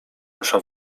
rusza